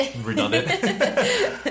redundant